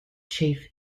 chief